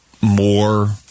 more